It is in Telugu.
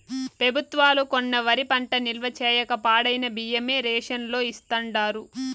పెబుత్వాలు కొన్న వరి పంట నిల్వ చేయక పాడైన బియ్యమే రేషన్ లో ఇస్తాండారు